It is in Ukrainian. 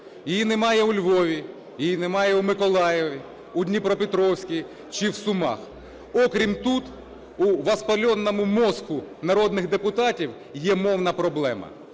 Її немає у Львові, її немає у Миколаєві, у Дніпропетровську чи в Сумах. Окрім тут… У воспаленном мозку народних депутатів, є мовна проблема.